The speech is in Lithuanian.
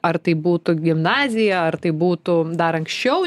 ar tai būtų gimnazija ar tai būtų dar anksčiau